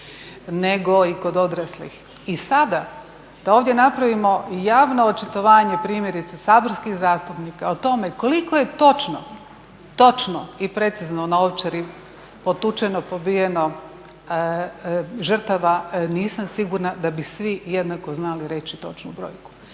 nego i kod odraslih. I sada da ovdje napravimo javno očitovanje primjerice saborskih zastupnika o tome koliko je točno i precizno na Ovčari potučeno, pobijeno žrtava nisam sigurna da bi svi jednako znali reći točnu brojku,